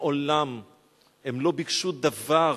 מעולם הם לא ביקשו דבר